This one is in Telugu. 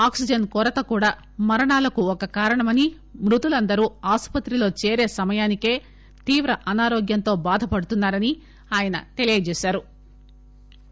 ఆక్సిజన్ కొరత కూడా మరణాలకు ఒక కారణమని మృతులందరూ ఆసుపత్రిలో చేరే సమయానికే తీవ్ర అనారోగ్యంతో బాధపడుతున్నా రని ఆయన తెలిపారు